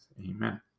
Amen